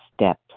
steps